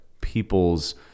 people's